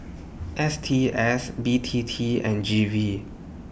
S T S B T T and G V